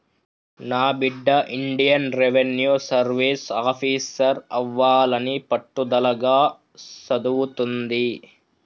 నా బిడ్డ Indian revenue service officer అవ్వాలని పట్టుదలగా సదువుతుంది